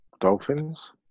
Dolphins